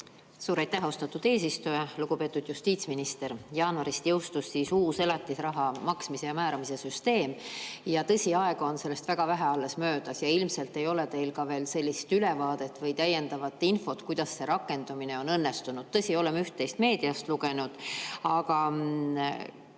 Suur aitäh, austatud eesistuja! Lugupeetud justiitsminister! Jaanuarist jõustus uus elatisraha maksmise ja määramise süsteem. Aega on sellest alles väga vähe möödas ja ilmselt ei ole teil veel ülevaadet või täiendavat infot, kuidas selle rakendamine on õnnestunud. Tõsi, oleme üht-teist meediast lugenud.